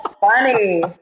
funny